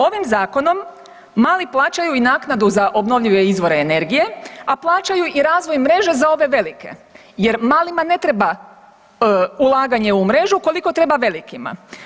Ovim zakonom mali plaćaju i naknadu za obnovljive izvore energije, a plaćaju i razvoj mreže za ove velike jer malima ni ne treba ulaganje u mrežu koliko treba velikima.